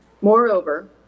Moreover